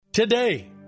Today